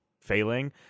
failing